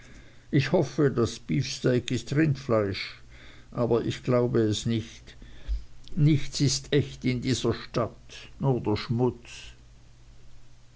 ich hoffe das beefsteak ist rindfleisch aber ich glaube es nicht nichts ist echt in dieser stadt nur der schmutz